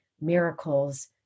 miracles